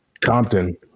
Compton